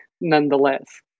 nonetheless